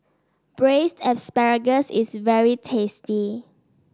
Braised Asparagus is very tasty